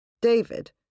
David